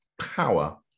power